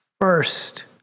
first